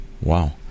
Wow